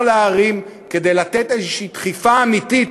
להרים כדי לתת איזו דחיפה אמיתית,